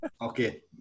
okay